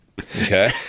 Okay